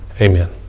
Amen